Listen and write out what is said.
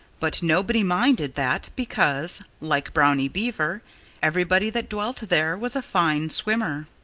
but nobody minded that because like brownie beaver everybody that dwelt there was a fine swimmer.